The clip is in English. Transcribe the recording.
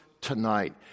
tonight